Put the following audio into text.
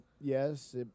yes